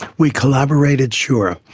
we collaborated, sure,